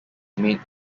made